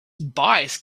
bias